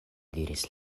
diris